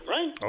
Right